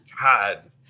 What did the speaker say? God